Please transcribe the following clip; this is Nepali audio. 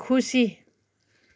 खुसी